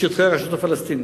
בשטחי הרשות הפלסטינית.